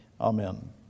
Amen